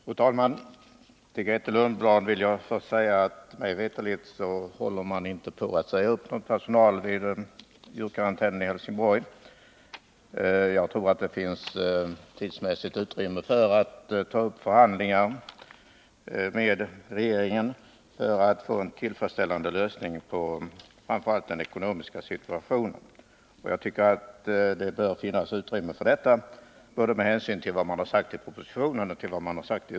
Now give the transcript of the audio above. Fru talman! Till Grethe Lundblad vill jag först säga att mig veterligen håller man inte på att säga upp någon personal vid djurkarantänen i Helsingborg. Jag tror att det finns tidsmässigt utrymme till att ta upp förhandlingar med regeringen för att få en tillfredsställande lösning på framför allt den ekonomiska situationen. Jag tycker att det bör finnas utrymme för detta med hänsyn till vad man sagt både i propositionen och i utskottet.